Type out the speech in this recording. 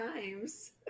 times